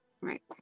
Right